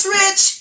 rich